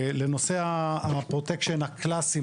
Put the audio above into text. לנושא הפרוטקשן הקלאסי,